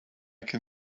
can